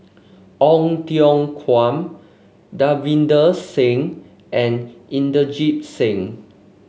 Ong Tiong Khiam Davinder Singh and Inderjit Singh